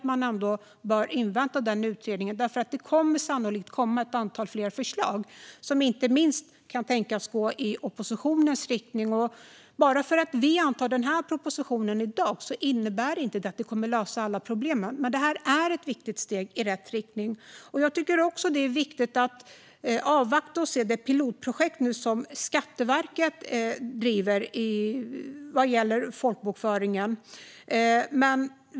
Man bör invänta den utredningen, för det kommer sannolikt att komma ett antal fler förslag som inte minst kan tänkas gå i oppositionens riktning. Att vi antar den här propositionen i dag innebär inte att alla problem kommer att lösas. Men det är ett viktigt steg i rätt riktning. Jag tycker också att det är viktigt att avvakta och se på det pilotprojekt som Skatteverket nu driver vad gäller folkbokföringen.